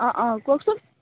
অঁ অঁ কওকচোন